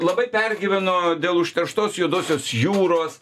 labai pergyveno dėl užterštos juodosios jūros